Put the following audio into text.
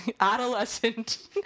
Adolescent